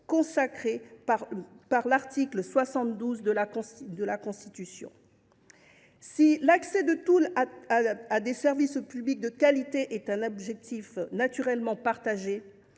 consacré par l’article 72 de la Constitution. Si l’accès de tous à des services publics de qualité est un objectif naturellement partagé,